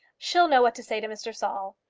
she'll know what to say to mr. saul.